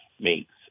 makes